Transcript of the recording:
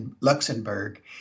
Luxembourg